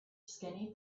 skinny